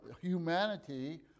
humanity